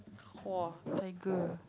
!woah! tiger